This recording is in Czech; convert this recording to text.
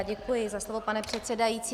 Děkuji za slovo, pane předsedající.